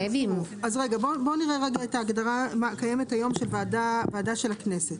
בוא נראה רגע את ההגדרה הקיימת היום של ועדה של הכנסת.